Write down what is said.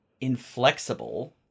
inflexible